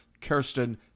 Kirsten